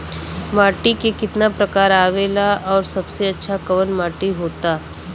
माटी के कितना प्रकार आवेला और सबसे अच्छा कवन माटी होता?